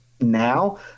now